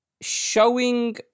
showing